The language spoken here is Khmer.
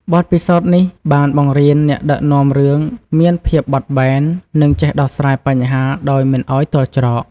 បទពិសោធន៍នេះបានបង្រៀនអ្នកដឹកនាំរឿងមានភាពបត់បែន និងចេះដោះស្រាយបញ្ហាដោយមិនឲ្យទាល់ច្រក។